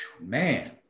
man